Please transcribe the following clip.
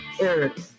Eric